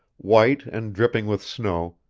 white and dripping with snow,